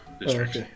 district